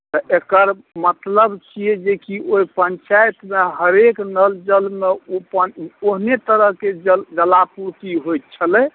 तऽ एकर मतलब छिए जेकि ओहि पञ्चायतमे हरेक नल जलमे ओ पानी ओहिने तरहके जलापूर्ति होइत छलै